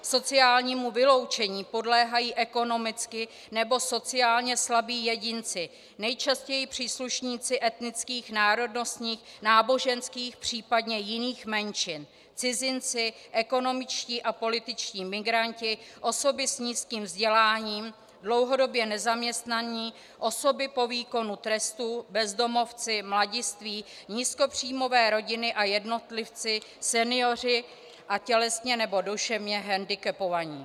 Sociálnímu vyloučení podléhají ekonomicky nebo sociálně slabí jedinci, nejčastěji příslušníci etnických, národnostních, náboženských, případně jiných menšin cizinci, ekonomičtí a političtí migranti, osoby s nízkým vzděláním, dlouhodobě nezaměstnaní, osoby po výkonu trestu, bezdomovci, mladiství, nízkopříjmové rodiny a jednotlivci, senioři a tělesně nebo duševně hendikepovaní.